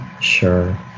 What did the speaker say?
Sure